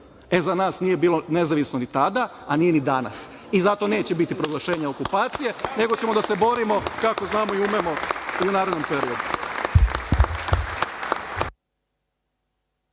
nas nije bilo nezavisno ni tada, a nije ni danas, i zato neće biti proglašenja okupacije, nego ćemo da se borimo kako znamo i umemo i u narednom periodu.